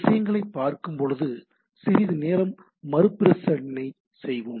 விஷயங்களைப் பார்க்கும்போது சிறிது நேரம் மறுபரிசீலனை செய்வோம்